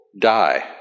die